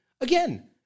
again